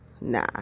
nah